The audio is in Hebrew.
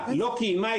כמה?